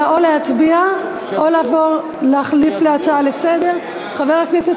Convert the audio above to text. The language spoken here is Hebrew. אלא או להצביע או לבוא ולהחליף להצעה לסדר-היום.